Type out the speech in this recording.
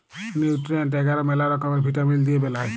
nutrient এগার ম্যালা রকমের ভিটামিল দিয়ে বেলায়